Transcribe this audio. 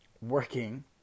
working